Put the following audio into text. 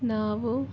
ನಾವು